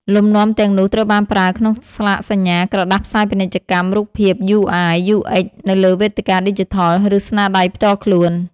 លំនាំទាំងនោះត្រូវបានប្រើក្នុងស្លាកសញ្ញា ក្រដាសផ្សាយពាណិជ្ជកម្ម រូបភាព UI UX នៅលើវេទិកាឌីជីថល ឬស្នាដៃផ្ទាល់ខ្លួន។